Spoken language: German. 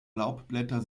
laubblätter